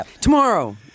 Tomorrow